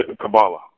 Kabbalah